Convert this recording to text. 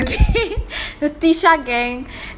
plan ah பண்ணிட்டோம்:pannitom outing again the tisha gang